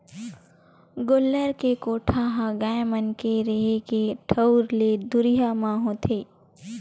गोल्लर के कोठा ह गाय मन के रेहे के ठउर ले दुरिया म होथे